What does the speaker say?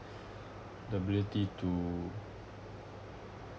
the ability to